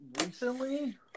recently